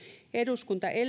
eduskunta